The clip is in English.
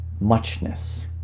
Muchness